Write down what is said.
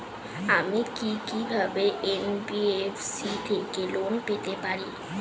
আমি কি কিভাবে এন.বি.এফ.সি থেকে লোন পেতে পারি?